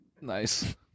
nice